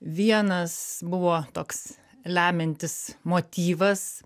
vienas buvo toks lemiantis motyvas